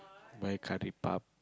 buy curry puff